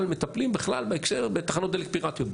מטפלים בתחנות דלק פירטיות בכלל.